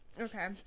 okay